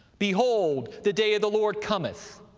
behold, the day of the lord cometh,